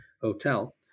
hotel